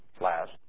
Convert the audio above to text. last